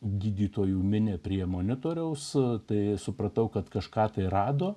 gydytojų minią prie monitoriaus tai supratau kad kažką tai rado